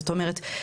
זאת אומרת,